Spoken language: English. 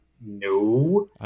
no